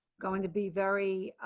going to be very